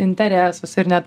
interesus ir net